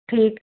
ਠੀਕ